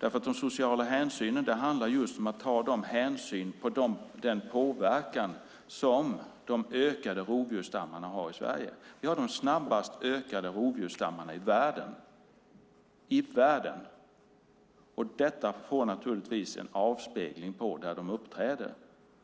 för de sociala hänsynen handlar just om att ta hänsyn till den påverkan som de ökade rovdjursstammarna har i Sverige. Vi har de snabbast ökande rovdjursstammarna i världen, och detta får naturligtvis en avspegling där de uppträder.